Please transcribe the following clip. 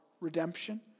redemption